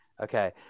Okay